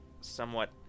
somewhat